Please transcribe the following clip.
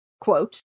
quote